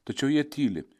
tačiau jie tyli